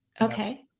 Okay